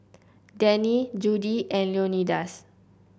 Denny Judi and Leonidas